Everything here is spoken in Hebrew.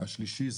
השלישי,